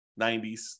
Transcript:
90s